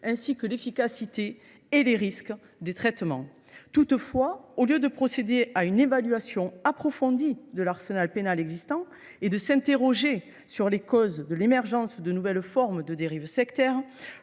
pathologies, l’efficacité des traitements et leurs risques. Toutefois, au lieu de procéder à une évaluation approfondie de l’arsenal pénal existant et de s’interroger sur les causes de l’émergence de nouvelles formes de dérives sectaires,